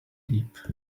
deep